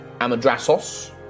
Amadrasos